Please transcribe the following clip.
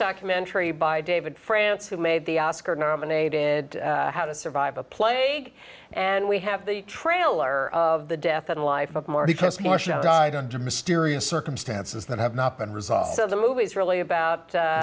documentary by david france who made the oscar nominated how to survive a plague and we have the trailer of the death and life but more because marcia died under mysterious circumstances that have not been resolved so the movie is really about